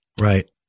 Right